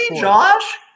Josh